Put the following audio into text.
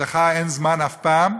לך אין זמן אף פעם,